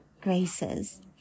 graces